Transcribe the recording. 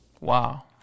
Wow